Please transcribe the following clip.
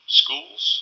schools